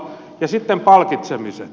ja sitten palkitsemiset